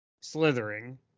slithering